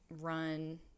run